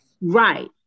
Right